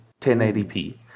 1080p